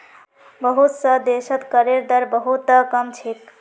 बहुत स देशत करेर दर बहु त कम छेक